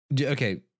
okay